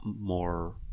more